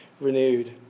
renewed